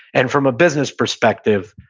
and from a business perspective,